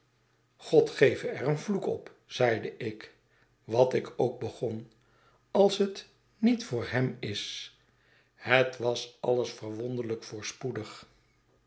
god geve er een vloek op zeide ik wat ik ook begon als het niet voor hem is het was alles verwonderlijk voorspoedig